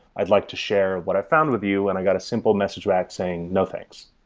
i'd like to share what i found with you, and i got a simple message back saying, no. thanks.